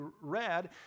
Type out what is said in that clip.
read